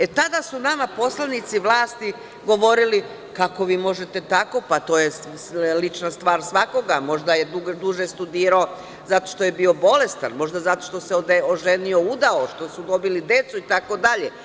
E, tada su nama poslanici vlasti govorili - kako vi možete tako, to je lična stvar svakoga, možda je duže studirao zato što je bio bolestan, možda zato što se oženio, udao, što su dobili decu, itd.